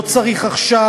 לא צריך עכשיו,